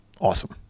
Awesome